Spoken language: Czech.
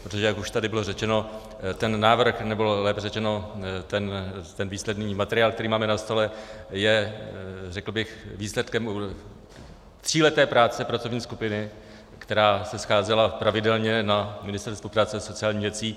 Protože jak už tady bylo řečeno, ten návrh, nebo lépe řečeno ten výsledný materiál, který máme na stole, je, řekl bych, výsledkem cíle práce pracovní skupiny, která se scházela pravidelně na Ministerstvu práce a sociálních věcí.